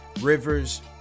rivers